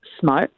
smoke